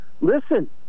listen